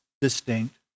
distinct